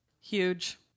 Huge